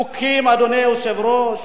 חוקים, אדוני היושב-ראש,